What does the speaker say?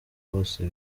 bwose